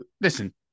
listen